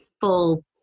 full